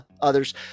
others